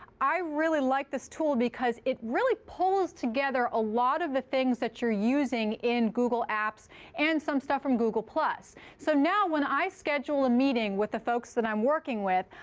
i really like this tool, because it really pulls together a lot of the things that you're using in google apps and some stuff from google. so now when i schedule a meeting with the folks that i'm working with,